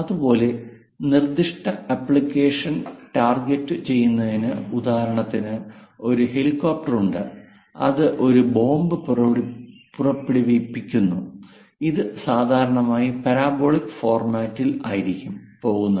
അതുപോലെ നിർദ്ദിഷ്ട ആപ്ലിക്കേഷൻ ടാർഗെറ്റുചെയ്യുന്നതിന് ഉദാഹരണത്തിന് ഒരു ഹെലികോപ്റ്റർ ഉണ്ട് അത് ഒരു ബോംബ് പുറപ്പെടുവിക്കുന്നു ഇത് സാധാരണയായി പരാബോളിക് ഫോർമാറ്റിൽ ആയിരിക്കും പോകുന്നത്